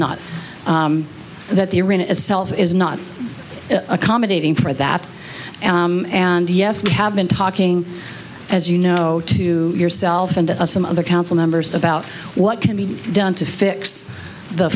not that the arena itself is not accommodating for that and yes we have been talking as you know to yourself and some other council members about what can be done to fix the